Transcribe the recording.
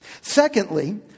Secondly